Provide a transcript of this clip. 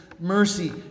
mercy